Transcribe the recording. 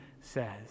says